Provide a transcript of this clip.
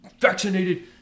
vaccinated